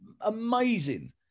amazing